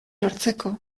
lortzeko